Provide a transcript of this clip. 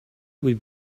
would